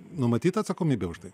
numatyti atsakomybė už tai